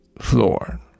floor